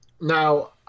Now